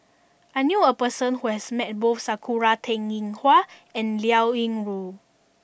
I knew a person who has met both Sakura Teng Ying Hua and Liao Yingru